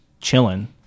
chilling